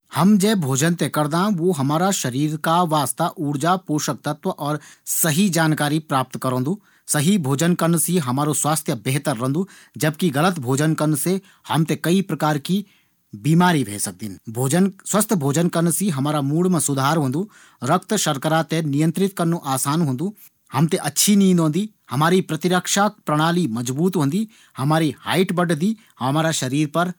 कुछ इना व्यंजन छन जू हम थें बहुत ज्यादा पसंद छन। लेकिन ऊंका महंगा होंण का कारण हम हूँ थें खै नी सकदां। जन कि कश्मीरी दम आलू, शाही पनीर, दाल मखनी, दाल बाटी चूरमा।